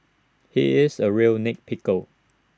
he is A real nit pickle